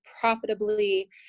profitably